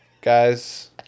guys